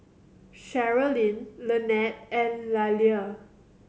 Sherilyn Lynnette and Liller